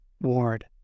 ward